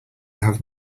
have